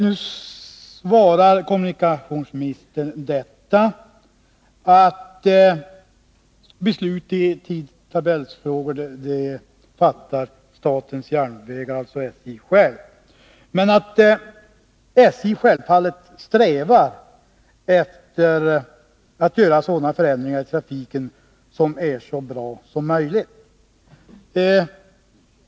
Nu svarar kommunikationsministern att det är SJ självt som fattar beslut i tidtabellsfrågor, men att SJ självfallet strävar efter att göra sådana förändringar i trafiken som är så bra som möjligt.